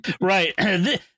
Right